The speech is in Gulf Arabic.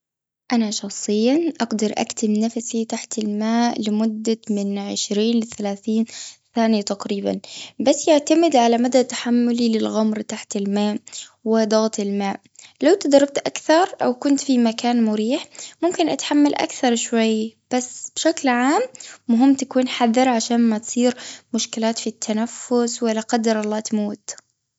أنا شخصياً أقدر أكتم نفسي تحت الماء، لمدة من عشرين لثلاثين ثانيه تقريبا. بس يعتمد على مدى تحملي للغمر تحت الماء، و ضغط الماء. لو تدربت أكثر، أو كنت في مكان، مريح ممكن أتحمل أكثر شوي. بس بشكل عام، المهم تكون حذر، عشان ما تصير مشكلات في التنفس، ولا قدر الله تموت.